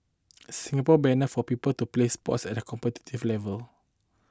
Singapore banner for people to play sports at a competitive level